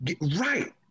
right